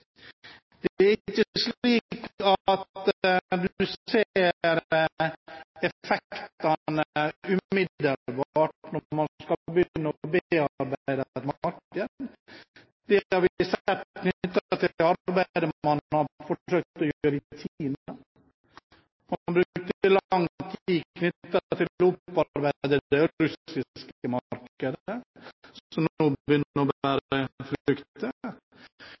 Det er ikke slik at man ser effektene umiddelbart når man begynner å bearbeide et marked. Det har vi sett knyttet til arbeidet man har forsøkt å gjøre i Kina. Man brukte lang tid knyttet til det å opparbeide det russiske markedet, som nå begynner å bære